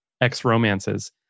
ex-romances